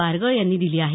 बारगळ यांनी दिली आहे